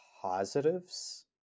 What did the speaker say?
positives